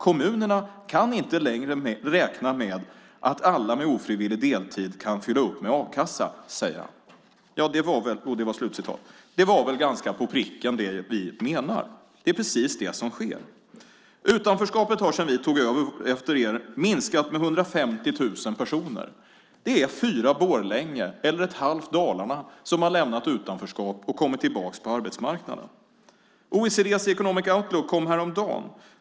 Kommunerna kan inte längre räkna med att alla med ofrivillig deltid kan fylla upp med a-kassa, säger han." Det var väl ganska på pricken det vi menar. Det är precis det som sker. Utanförskapet har sedan vi tog över minskat med 150 000 personer. Det är fyra Borlänge eller ett halvt Dalarna som har lämnat utanförskap och kommit tillbaka på arbetsmarknaden. OECD:s Economic Outlook kom häromdagen.